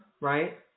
right